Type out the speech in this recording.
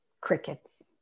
crickets